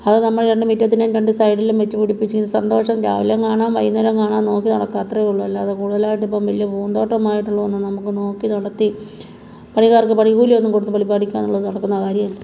അത് നമ്മൾ രണ്ട് മുറ്റത്തിൻ്റെയും രണ്ട് സൈഡിലും വെച്ച് പിടിപ്പിച്ച് സന്തോഷം രാവിലെയും കാണാം വൈകുന്നേരവും കാണാം നോക്കി നടക്കാം അത്രയേ ഉള്ളു അല്ലാതെ കൂടുതലായിട്ട് ഇപ്പം വലിയ പൂന്തോട്ടമായിട്ടുള്ളതൊന്നും നമുക്ക് നോക്കി നടത്തി പഴയകാലത്ത് പണിക്കൂലി ഒന്നും കൊടുത്ത് വലിയ പഠിക്കാനുള്ള നടക്കുന്ന കാര്യമല്ല